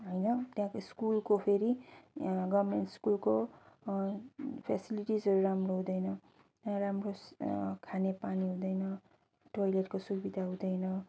होइन त्यहाँको स्कुलको फेरि गभर्मेन्ट स्कुलको फेसिलिटिसहरू राम्रो हुँदैन त्यहाँ राम्रो खाने पानी हुँदैन टोइलेटको सुविधा हुँदैन